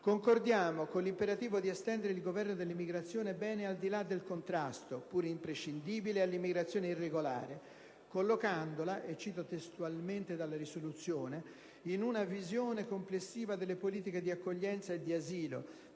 concordiamo con l'imperativo di estendere il governo delle migrazioni bene al di là del contrasto - pur imprescindibile - all'immigrazione irregolare collocandolo - cito testualmente dalla risoluzione - «in una visione complessiva delle politiche di accoglienza e di asilo,